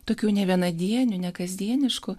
tokių nevienadienių nekasdieniškų